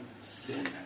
sin